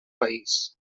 país